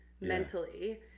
mentally